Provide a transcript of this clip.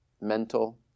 Mental